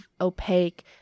opaque